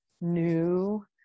new